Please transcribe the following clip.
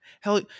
Hell